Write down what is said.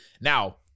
Now